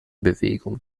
bewegung